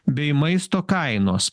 bei maisto kainos